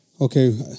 Okay